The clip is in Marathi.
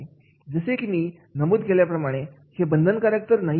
जसे की मी नमूद केल्याप्रमाणे हे बंधनकारक तर नाहीये